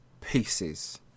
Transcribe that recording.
pieces